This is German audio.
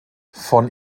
von